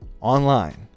online